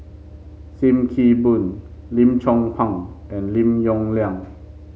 Sim Kee Boon Lim Chong Pang and Lim Yong Liang